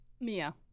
Mia